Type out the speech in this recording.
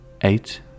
eight